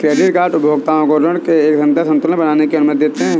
credit card उपभोक्ताओं को ऋण का एक सतत संतुलन बनाने की अनुमति देते हैं